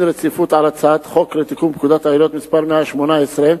רציפות על הצעת חוק לתיקון פקודת העיריות (מס' 118)